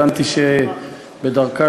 הבנתי שהיא בדרכה